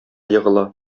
егыла